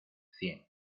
cien